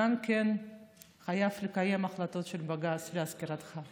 שגם חייב לקיים החלטות של בג"ץ, להזכירך.